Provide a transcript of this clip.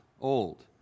old